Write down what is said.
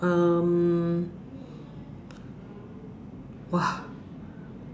um !wah!